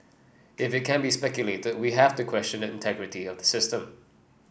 if it can be speculated we have to question the integrity of the system